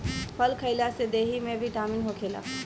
फल खइला से देहि में बिटामिन होखेला